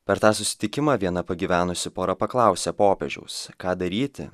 per tą susitikimą viena pagyvenusi pora paklausė popiežiaus ką daryti